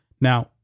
Now